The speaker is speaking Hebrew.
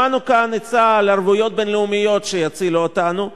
שמענו כאן עצה על ערבויות בין-לאומיות שיצילו אותנו.